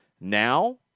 now